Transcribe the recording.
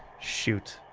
shoot.